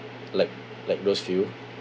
like like those few